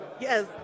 Yes